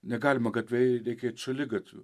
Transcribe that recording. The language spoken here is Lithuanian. negalima gatve reikia eit šaligatviu